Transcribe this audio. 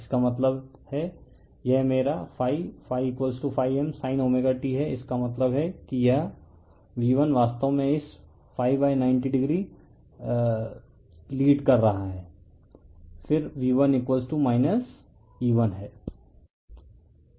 इसका मतलब है यह मेरा m sin ω t है इसका मतलब है कि यह V1 वास्तव में इस 90o से लीड कर रहा है फिर V1 E1 है